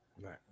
Right